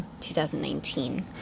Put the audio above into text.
2019